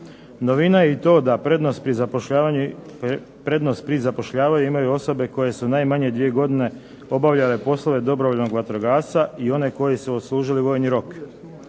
Novina je i to da prednost pri zapošljavanju imaju osobe koje su najmanje dvije godine obavljale poslove dobrovoljnog vatrogasca i one koje su odslužili vojni rok.